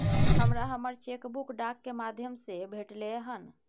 हमरा हमर cheque book डाक के माध्यम से भेटलय हन